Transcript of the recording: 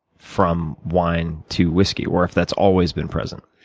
from wine to whiskey, or if that's always been present?